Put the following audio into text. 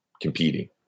competing